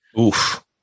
Oof